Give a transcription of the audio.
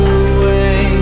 away